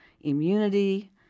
immunity